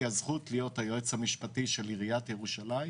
הזכות להיות היועץ המשפטי של עירית ירושלים